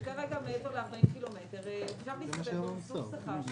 מעבר ל-40 קילומטר אפשר גם להסתדר במסלול שכר.